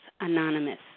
Anonymous